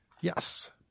Yes